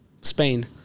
Spain